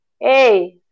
Hey